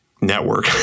network